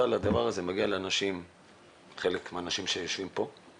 לדבר הזה מגיעה לאנשים שחלקם יושבים כאן